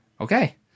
Okay